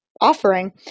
offering